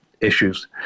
issues